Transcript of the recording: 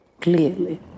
Clearly